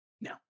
No